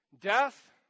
death